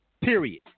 Period